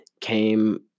came